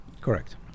Correct